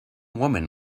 woman